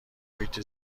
محیط